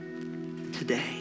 today